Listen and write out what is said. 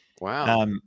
Wow